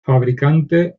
fabricante